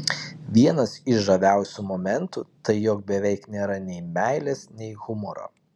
vienas iš žaviausių momentų tai jog beveik nėra nei meilės nei humoro